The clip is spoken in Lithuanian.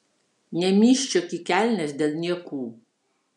nemyžčiok į kelnes dėl niekų